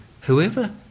whoever